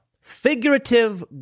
figurative